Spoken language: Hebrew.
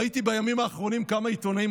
ראיתי בימים האחרונים כמה עיתונאים,